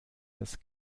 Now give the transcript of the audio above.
das